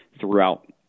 throughout